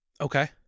Okay